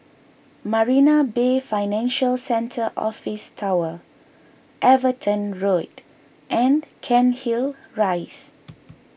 Marina Bay Financial Centre Office Tower Everton Road and Cairnhill Rise